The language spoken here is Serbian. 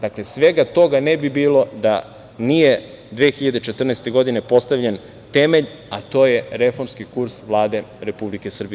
Dakle, svega toga ne bi bilo da nije 2014. godine postavljen temelj, a to je reformski kurs Vlade Republike Srbije.